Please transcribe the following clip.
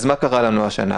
אז מה קרה לנו השנה?